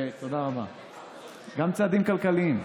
גם צעדים כלכליים.